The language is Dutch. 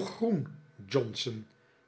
nog groen johnson